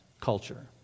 culture